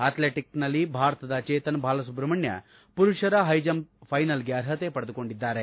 ಅಥ್ಲೆಂಟಿಕ್ನಲ್ಲಿ ಭಾರತದ ಚೇತನ್ ಬಾಲಸುಬ್ರಹ್ನಣ್ಣ ಪುರುಷರ high jump ಫೈನಲ್ಗೆ ಅರ್ಹತೆ ಪಡೆದುಕೊಂಡಿದ್ದಾರೆ